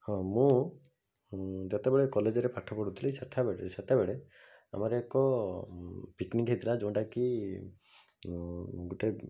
ହଁ ମୁଁ ଯେତେବେଳେ କଲେଜ୍ରେ ପାଠ ପଢ଼ୁଥିଲି ସେତେବେଳେ ଆମର ଏକ ପିକ୍ନିକ୍ ହେଇଥିଲା ଯେଉଁଟାକି ଗୋଟେ